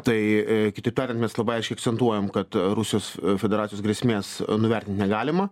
tai kitaip tariant mes labai aiškiai akcentuojam kad rusijos federacijos grėsmės nuvertint negalima